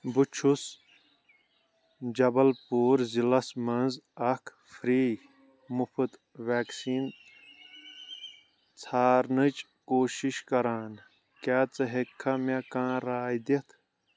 بہٕ چھُس جبل پوٗر ضلعس مَنٛز اکھ فری مُفٕط ویکسیٖن ژھارنٕچ کوٗشِش کران، کیاہ ژٕ ہیٚکھا مےٚ کانٛہہ راۓ دِتھ؟